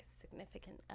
significant